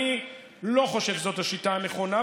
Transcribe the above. אני לא חושב שזאת השיטה הנכונה,